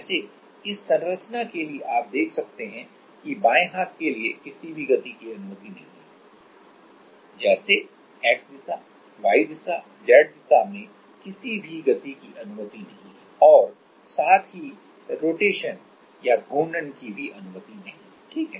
जैसे इस संरचना के लिए आप देख सकते हैं कि बाएं हाथ के लिए किसी भी गति की अनुमति नहीं है जैसे X दिशा Y दिशा Z दिशा में किसी भी गति की अनुमति नहीं है और साथ ही रोटेशन की भी अनुमति नहीं है ठीक है